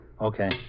Okay